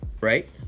right